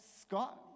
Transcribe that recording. Scott